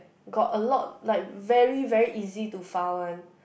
got a lot like very very easy to foul one